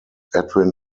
edwin